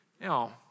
Now